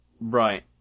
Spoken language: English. Right